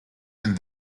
and